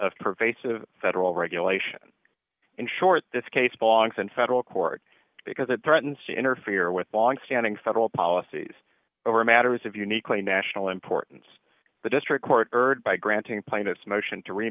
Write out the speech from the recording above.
of pervasive federal regulation in short this case bogs in federal court because it threatens to interfere with longstanding federal policies over matters of uniquely national importance the district court heard by granting plaintiff's motion to re